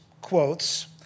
quotes